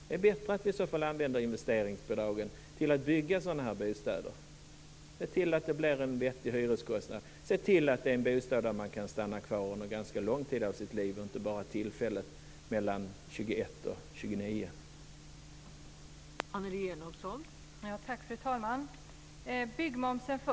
Det är bättre att i så fall använda investeringsbidragen till att bygga sådana här bostäder, se till att det blir en vettig hyreskostnad, se till att det är en bostad där man kan stanna kvar under ganska lång tid av sitt liv, och inte bara tillfälligt mellan 21 och 29 år.